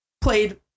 played